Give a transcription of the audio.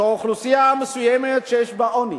אוכלוסייה מסוימת שיש בה עוני,